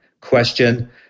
question